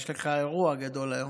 יש לך אירוע גדול היום,